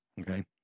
okay